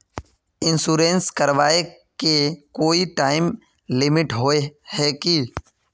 Insurance कराए के कोई टाइम लिमिट होय है की?